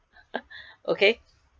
okay